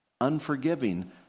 unforgiving